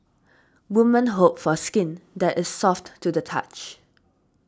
woman hope for skin that is soft to the touch